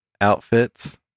outfits